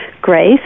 Grace